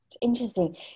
interesting